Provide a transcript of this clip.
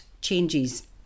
changes